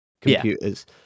computers